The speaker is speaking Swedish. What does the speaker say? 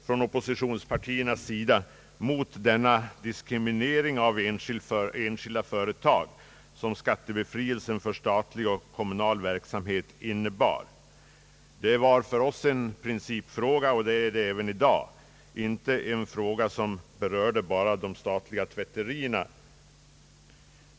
Från oppositionspartiernas sida vände vi oss redan då mot den diskriminering av enskilda företag som skattebefrielsen för statlig och kommunal verksamhet innebar. Det var för oss en principfråga, och det är det även i dag — inte en fråga som bara berör de statliga tvätterierna.